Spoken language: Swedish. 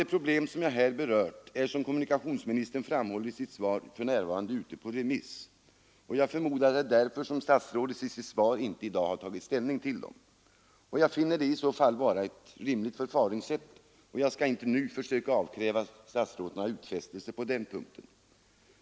De problem som jag här berört är, som kommunikationsministern framhåller i sitt svar, för närvarande ute på remiss, och jag förmodar att det är därför som statsrådet i dag inte har tagit ställning till dem. Jag finner det i så fall vara ett rimligt förfaringssätt och skall inte nu försöka avkräva statsrådet några utfästelser på den punkten.